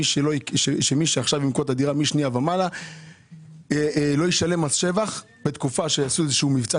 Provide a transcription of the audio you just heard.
מי שימכור דירה שנייה ומעלה לא ישלם מס שבח לתקופה מסוימת,